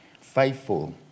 faithful